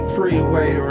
Freeway